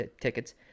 tickets